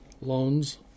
loans